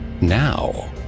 Now